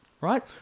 Right